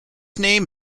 name